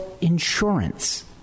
insurance